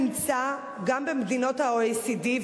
נמצא במדינות ה-OECD,